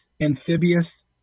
amphibious